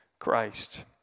Christ